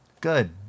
Good